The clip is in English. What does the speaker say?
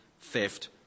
theft